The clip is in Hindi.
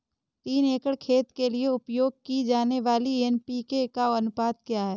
तीन एकड़ खेत के लिए उपयोग की जाने वाली एन.पी.के का अनुपात क्या है?